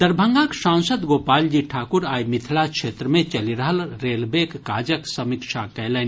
दरभंगाक सांसद गोपालजी ठाकुर आइ मिथिला क्षेत्र मे चलि रहल रेलवेक काजक समीक्षा कयलनि